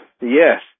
yes